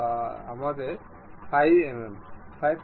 সুতরাং আমাদের এমন একটি মাথার অংশ রয়েছে